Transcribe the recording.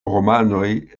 romanoj